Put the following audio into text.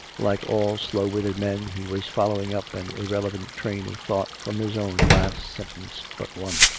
like all slow-witted men, he was following up an irrelevant train of thought from his own last sentence but one.